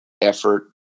effort